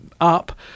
up